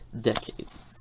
decades